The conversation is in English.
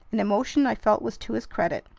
an emotion i felt was to his credit.